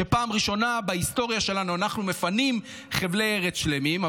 שפעם ראשונה בהיסטוריה שלנו אנחנו מפנים חבלי ארץ שלמים,